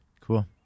Cool